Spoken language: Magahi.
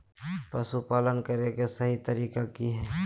पशुपालन करें के सही तरीका की हय?